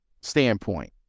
standpoint